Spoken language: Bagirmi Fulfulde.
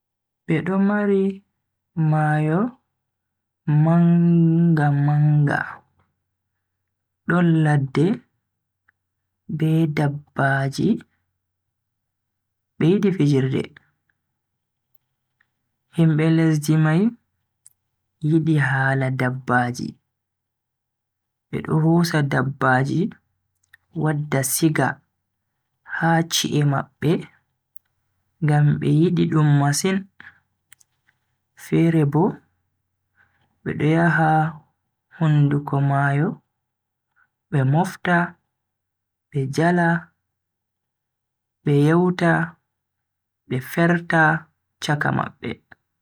Bedo mari mayo manga-manga, don ladde be dabbaaji be yidi fijirde. Himbe lesdi mai yidi hala dabbaji, bedo hosa dabbaji wadda siga ha chi'e mabbe ngam be yidi dum masin, fere bo bedo yaha hunduko mayo be mofta be jala be yewta be ferta chaka mabbe.